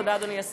תודה, אדוני השר.